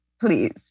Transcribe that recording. please